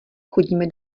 chodíme